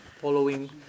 following